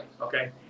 Okay